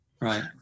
Right